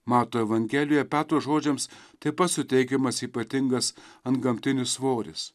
mato evangelijoje petro žodžiams taip pat suteikiamas ypatingas antgamtinis svoris